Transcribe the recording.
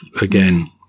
again